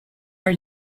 are